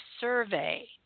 survey